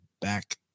back